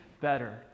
better